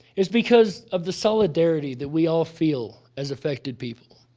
it's because of the solidarity that we all feel as affected people.